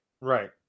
Right